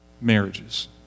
marriages